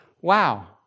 Wow